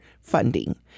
funding